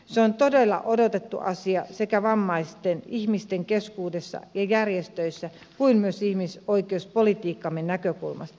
se on todella odotettu asia niin vammaisten ihmisten keskuudessa ja järjestöissä kuin myös ihmisoikeuspolitiikkamme näkökulmasta